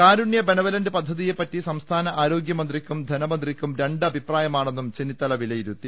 കാരുണ്യ benevolent പദ്ധതിയെ പറ്റി സംസ്ഥാന ആരോഗ്യമ ന്ത്രിക്കും ധനമന്ത്രിക്കും രണ്ട് അഭിപ്രായമാണെന്നും ചെന്നിത്തല വിലയിരുത്തി